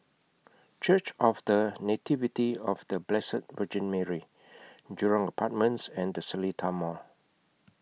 Church of The Nativity of The Blessed Virgin Mary Jurong Apartments and The Seletar Mall